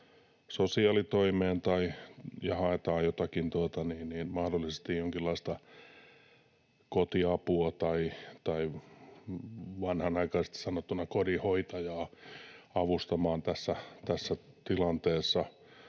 sosiaalitoimeen ja haetaan mahdollisesti jonkinlaista kotiapua tai vanhanaikaisesti sanottuna kodinhoitajaa avustamaan tässä tilanteessa